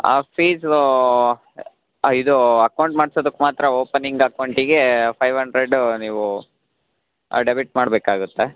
ಹಾಂ ಫೀಸೂ ಇದು ಅಕೌಂಟ್ ಮಾಡ್ಸೋದಕ್ಕೆ ಮಾತ್ರ ಓಪನಿಂಗ್ ಅಕೌಂಟಿಗೆ ಫೈವ್ ಹಂಡ್ರೆಡು ನೀವು ಡೆಬಿಟ್ ಮಾಡಬೇಕಾಗುತ್ತೆ